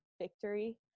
victory